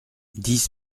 dix